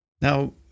Now